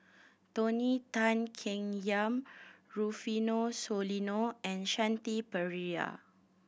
Tony Tan Keng Yam Rufino Soliano and Shanti Pereira